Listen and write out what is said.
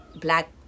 black